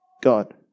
God